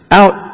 out